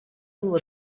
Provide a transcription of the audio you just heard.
were